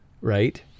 Right